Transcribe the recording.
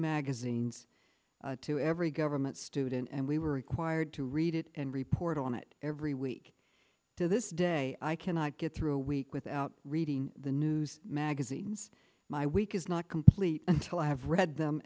magazines to every government student and we were required to read it and report on it every week to this day i cannot get through a week without reading the news magazines my week is not complete until i have read them